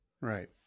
right